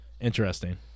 Interesting